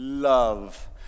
love